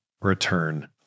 return